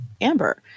Amber